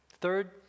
Third